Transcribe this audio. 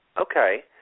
Okay